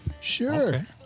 Sure